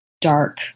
dark